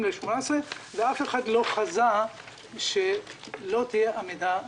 לשנת 2018 ואף אחד לא חזה שלא תהיה עמידה בתקציב.